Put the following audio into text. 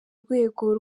rwego